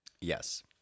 Yes